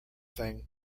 thing